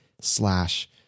slash